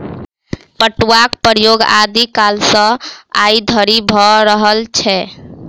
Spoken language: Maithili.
पटुआक प्रयोग आदि कालसँ आइ धरि भ रहल छै